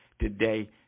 today